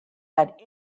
had